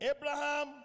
Abraham